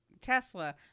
tesla